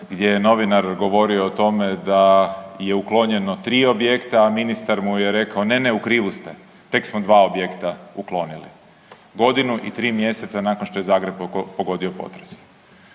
gdje je novinar govorio o tome da je uklonjeno 3 objekta, a ministar mu je rekao ne, ne, u krivu ste, tek smo dva objekta uklonili, godinu i 3 mjeseca nakon što je Zagreb pogodio potres.